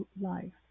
life